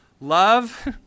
Love